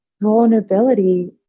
Vulnerability